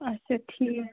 اچھا ٹھیٖک